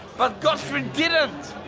but gottfrid didn't!